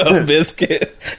biscuit